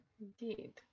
indeed